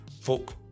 Folk